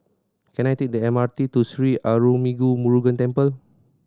can I take the M R T to Sri Arulmigu Murugan Temple